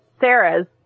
Sarah's